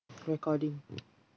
recording